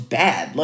bad